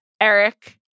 Eric